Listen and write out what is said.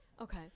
Okay